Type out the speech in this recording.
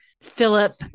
philip